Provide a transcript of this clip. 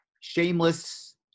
Shameless